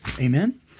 Amen